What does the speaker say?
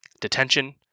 detention